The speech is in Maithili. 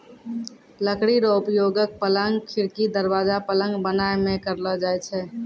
लकड़ी रो उपयोगक, पलंग, खिड़की, दरबाजा, पलंग बनाय मे करलो जाय छै